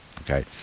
Okay